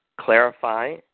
clarify